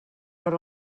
per